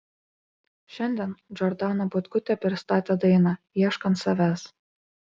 šiandien džordana butkutė pristatė dainą ieškant savęs